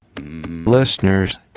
Listeners